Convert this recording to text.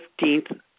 15th